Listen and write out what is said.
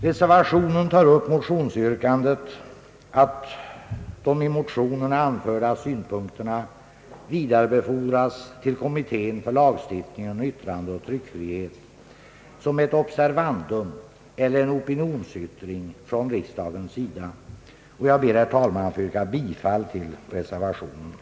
Reservationen tar upp motionsyrkandet att de i motionerna anförda synpunkterna vidarebefordras till kommittén för lagstiftningen om yttrandeoch tryckfrihet såsom ett observandum eller en opinionsyttring från riksdagens sida. Jag ber, herr talman, att få yrka bifall till reservationen.